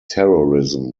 terrorism